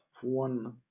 one